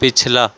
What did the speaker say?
پچھلا